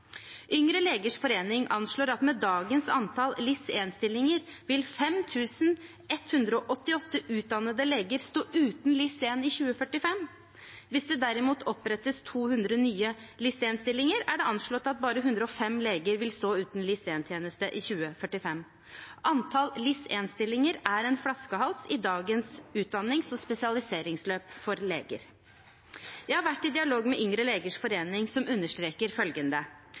Yngre legers forening anslår at med dagens antall LIS1-stillinger vil 5 188 utdannede leger stå uten LIS1 i 2045. Hvis det derimot opprettes 200 nye LIS1-stillinger, er det anslått at bare 105 leger vil stå uten LIS1-tjeneste i 2045. Antall LIS1-stillinger er en flaskehals i dagens utdannings- og spesialiseringsløp for leger. Jeg har vært i dialog med Yngre legers forening, som understreker følgende: